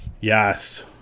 Yes